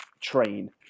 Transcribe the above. train